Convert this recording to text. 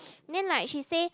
then like she say